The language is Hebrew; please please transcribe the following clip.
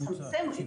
הם יפעלו,